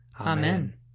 Amen